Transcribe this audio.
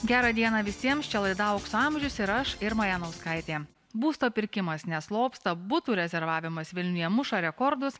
gerą dieną visiems čia laida aukso amžius ir aš irma janauskaitė būsto pirkimas neslopsta butų rezervavimas vilniuje muša rekordus